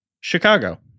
Chicago